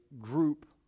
group